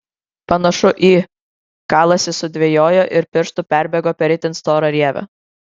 panašu į kalasi sudvejojo ir pirštu perbėgo per itin storą rievę